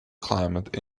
climate